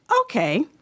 Okay